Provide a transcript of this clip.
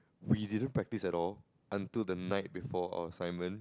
we didn't practice at all until the night before our assignment